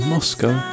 Moscow